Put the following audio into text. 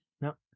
No